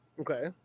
Okay